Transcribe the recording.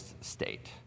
state